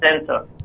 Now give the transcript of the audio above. center